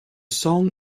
song